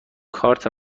کارت